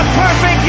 perfect